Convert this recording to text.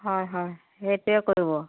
হয় হয় সেইটোৱে কৰিব